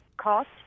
cost